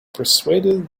persuaded